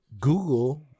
Google